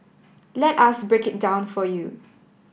let us break it down for you